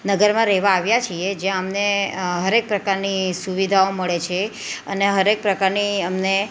નગરમાં રહેવાં આવ્યા છીએ જ્યાં અમને હરેક પ્રકારની સુવિધાઓ મળે છે અને હરેક પ્રકારની અમને